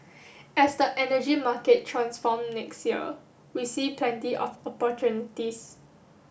as the energy market transform next year we see plenty of opportunities